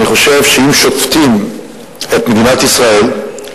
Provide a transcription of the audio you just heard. אני חושב שאם שופטים את מדינת ישראל,